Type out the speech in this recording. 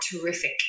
terrific